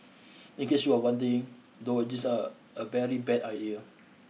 in case you are wondering though a jeans are are very bad a year